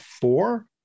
four